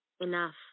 Enough